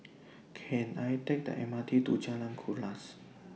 Can I Take The M R T to Jalan Kuras